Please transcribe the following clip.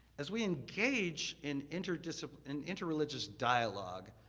as we engage in interreligious ah and interreligious dialogue,